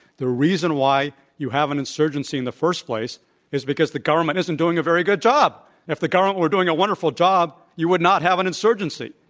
the reason why you have an insurgency in the first place is because the government isn't doing a very good job. and if the government were doing a wonderful job, you would not have an insurgency.